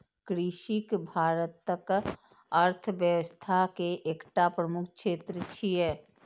कृषि भारतक अर्थव्यवस्था के एकटा प्रमुख क्षेत्र छियै